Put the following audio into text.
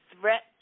threat